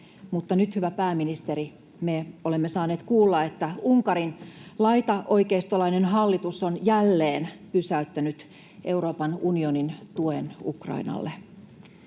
Mutta nyt, hyvä pääministeri, me olemme saaneet kuulla, että Unkarin laitaoikeistolainen hallitus on jälleen pysäyttänyt Euroopan unionin tuen Ukrainalle.